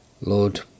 Lord